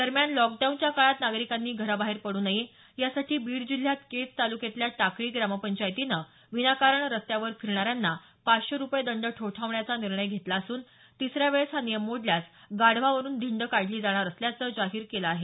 दरम्यान लॉकडाऊनच्या काळात नागरिकांनी घराबाहेर पडू नये यासाठी बीड जिल्ह्यात केज तालुक्यातल्या टाकळी ग्रामपंचायतीनं विनाकारण रस्त्यावर फिरणाऱ्यांना पाचशे रुपये दंड ठोठावण्याचा निर्णय घेतला असून तिसऱ्या वेळेस हा नियम मोडल्यास गाढवावरून धिंड काढली जाणार असल्याचं जाहीर केलं आहे